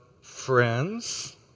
friends